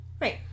Right